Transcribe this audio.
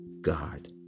God